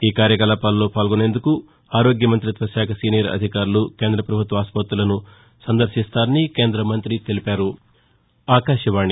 ఈ కార్యకలాపాలలో పాల్గొనేందుకు ఆరోగ్య మంత్రిత్వ శాఖ సీనియర్ అధికారులు కేంద్ర పభుత్వ ఆసుపత్రులను సందర్శిస్తారని కేంద్ర మంగ్రి తెలిపారు